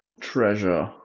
treasure